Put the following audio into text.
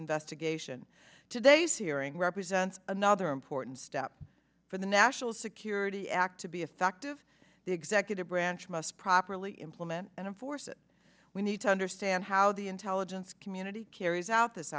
investigation today's hearing represents another important step for the national security act to be effective the executive branch must properly implement and enforce it we need to understand how the intelligence community carries out this